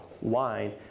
wine